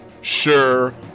sure